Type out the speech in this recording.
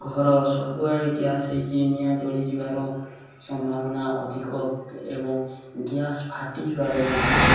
ଘର ସବୁଆଡ଼େ ଗ୍ୟାସ୍ ହେଇକି ନିଆଁ ଜଳିଯିବାର ସମ୍ଭାବନା ଅଧିକ ଏବଂ ଗ୍ୟାସ୍ ଫାଟି ଯିବାର ମଧ୍ୟ